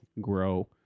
grow